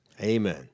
Amen